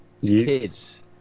kids